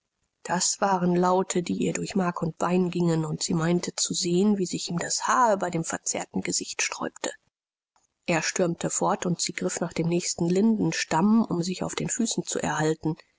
das waren laute die ihr durch mark und bein gingen und sie meinte zu sehen wie sich ihm das haar über dem verzerrten gesicht sträube er stürmte fort und sie griff nach dem nächsten lindenstamm um sich auf den füßen zu erhalten